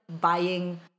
buying